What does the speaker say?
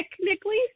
technically